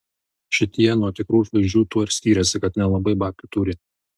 šitie nuo tikrų žvaigždžių tuo ir skiriasi kad nelabai babkių turi